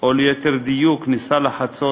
או ליתר דיוק: ניסה לחצות,